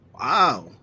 Wow